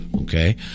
okay